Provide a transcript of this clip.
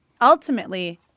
ultimately